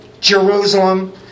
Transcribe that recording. Jerusalem